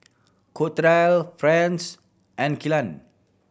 Clotilde Franz and Killian